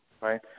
Right